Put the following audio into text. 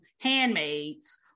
handmaids